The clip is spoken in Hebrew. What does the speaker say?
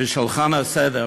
בשולחן הסדר.